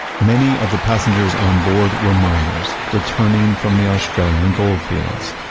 many of the passengers on board were miners, returning from the australian gold fields.